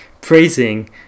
praising